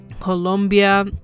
Colombia